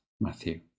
Matthew